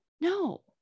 No